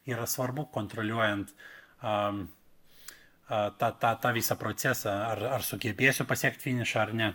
yra svarbu kontroliuojant a tą tą tą visą procesą ar ar sugebėsiu pasiekt finišą ar ne